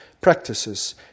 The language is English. practices